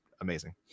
amazing